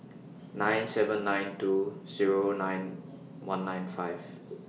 nine seven nine two Zero nine one nine five